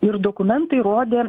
ir dokumentai rodė